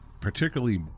particularly